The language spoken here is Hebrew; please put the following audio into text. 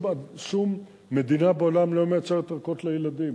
שום מדינה בעולם לא מייצרת ערכות לילדים,